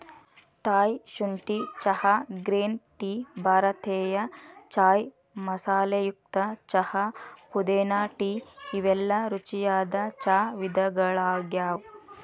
Thai ಶುಂಠಿ ಚಹಾ, green tea, ಭಾರತೇಯ ಚಾಯ್ ಮಸಾಲೆಯುಕ್ತ ಚಹಾ, ಪುದೇನಾ ಟೇ ಇವೆಲ್ಲ ರುಚಿಯಾದ ಚಾ ವಿಧಗಳಗ್ಯಾವ